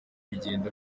bigenda